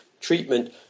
treatment